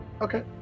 Okay